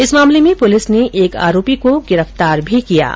इस मामले में पुलिस ने एक आरोपी को गिरफ्तार भी किया है